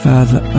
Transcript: Father